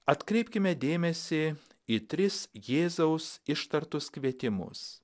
atkreipkime dėmesį į tris jėzaus ištartus kvietimus